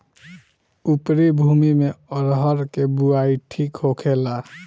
उपरी भूमी में अरहर के बुआई ठीक होखेला?